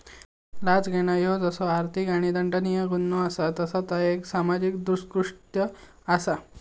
लाच घेणा ह्यो जसो आर्थिक आणि दंडनीय गुन्हो असा तसा ता एक सामाजिक दृष्कृत्य असा